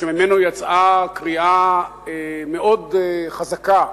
שממנו יצאה קריאה מאוד חזקה,